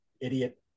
idiot